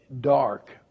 dark